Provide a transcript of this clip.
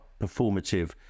performative